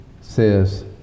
says